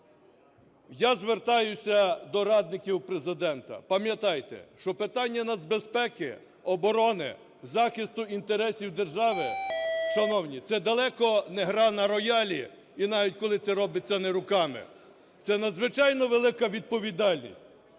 я звертаюся до радників Президента. Пам'ятайте, що питання нацбезпеки, оборони, захисту інтересів держави, шановні, це далеко не гра на роялі, і навіть коли це робиться не руками. Це надзвичайно велика відповідальність.